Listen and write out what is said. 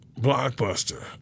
Blockbuster